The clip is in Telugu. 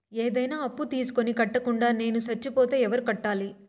ఏదైనా అప్పు తీసుకొని కట్టకుండా నేను సచ్చిపోతే ఎవరు కట్టాలి?